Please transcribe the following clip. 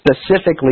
specifically